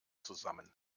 zusammen